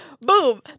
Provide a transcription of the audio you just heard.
boom